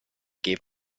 gave